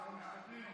הוסיף.